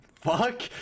Fuck